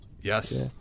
Yes